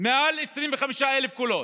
מעל 25,000 קולות.